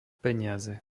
peniaze